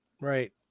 Right